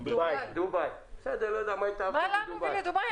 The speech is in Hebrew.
רשימת האיחוד הערבי): מה לנו ולדובאי?